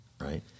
right